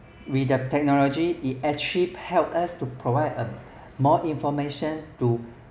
with the technology it actually helps us to provide more information to